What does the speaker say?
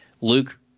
Luke